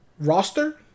roster